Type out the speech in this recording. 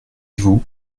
vous